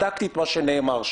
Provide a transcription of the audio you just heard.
בדקתי את מה שנאמר שם,